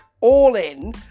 all-in